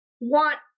want